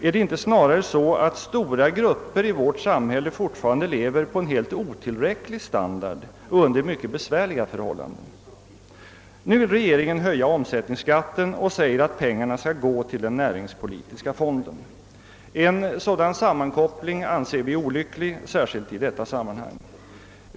är det inte snarare så att stora grupper i vårt samhälle fortfarande lever på en helt otillräcklig standard och under mycket besvärliga förhållanden? Nu vill regeringen höja omsättningsskatten och säger att pengarna skall gå till den näringspolitiska fonden. En sådan sammankoppling anser vi olycklig, särskilt i detta sammanhang.